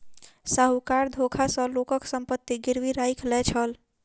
साहूकार धोखा सॅ लोकक संपत्ति गिरवी राइख लय छल